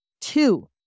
Two